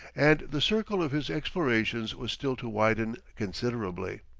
and the circle of his explorations was still to widen considerably.